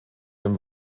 dem